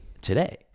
today